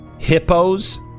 Hippos